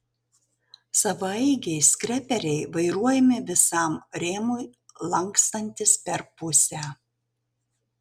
savaeigiai skreperiai vairuojami visam rėmui lankstantis per pusę